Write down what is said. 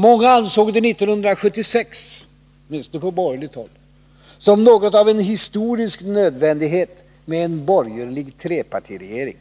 Många ansåg det 1976 — åtminstone på borgerligt håll — som något av en historisk nödvändighet med en borgerlig trepartiregering.